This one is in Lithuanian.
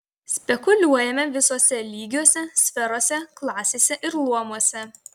spekuliuojame visuose lygiuose sferose klasėse ir luomuose